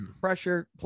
pressure